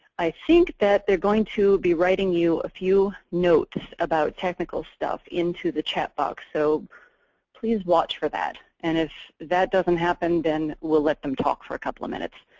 i think that they're going to be writing you a few notes about technical stuff into the chat box. so please watch for that. and if that doesn't happen, then we'll let them talk for a couple of minutes.